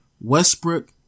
Westbrook